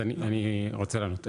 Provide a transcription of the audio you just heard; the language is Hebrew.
אז אני רוצה לענות,